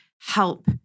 help